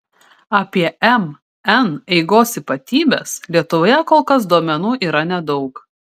apie mn eigos ypatybes lietuvoje kol kas duomenų yra nedaug